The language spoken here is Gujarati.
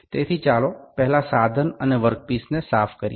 તેથી ચાલો પહેલા સાધન અને વર્કપીસને સાફ કરીએ